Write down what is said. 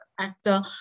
actor